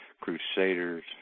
Crusaders